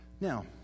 Now